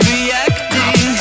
Reacting